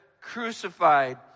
crucified